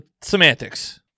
semantics